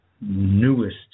newest